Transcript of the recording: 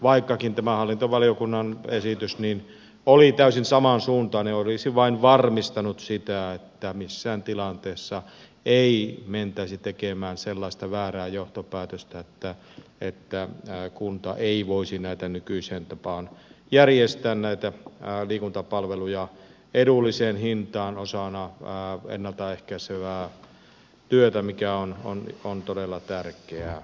vaikkakin tämä hallintovaliokunnan esitys oli täysin samansuuntainen olisin vain varmistanut sitä että missään tilanteessa ei mentäisi tekemään sellaista väärää johtopäätöstä että kunta ei voisi näitä liikuntapalveluja nykyiseen tapaan järjestää edulliseen hintaan osana ennalta ehkäisevää työtä mikä on todella tärkeää